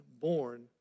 born